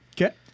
Okay